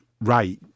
Right